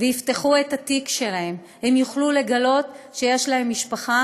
ויפתחו את התיק שלהם הם יוכלו לגלות שיש להם משפחה,